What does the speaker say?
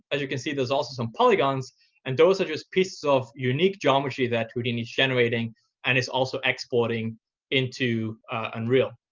as you can see, there's also some polygons and those are just pieces of unique geometry that houdini's generating and it's also exporting into unreal.